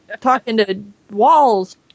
talking-to-walls